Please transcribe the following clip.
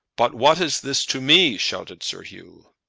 but what is this to me? shouted sir hugh.